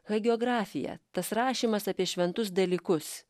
hagiografija tas rašymas apie šventus dalykus